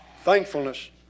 thankfulness